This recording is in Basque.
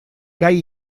gai